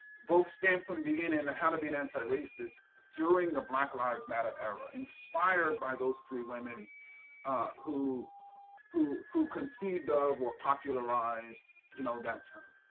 both stamped from the beginning and how to be an anti-racist during the black lives matter era, inspired by those three women who who conceived of or popularized you know that term.